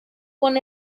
con